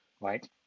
Right